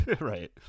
Right